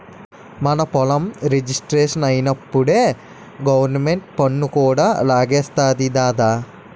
మన పొలం రిజిస్ట్రేషనప్పుడే గవరమెంటు పన్ను కూడా లాగేస్తాది దద్దా